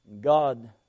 God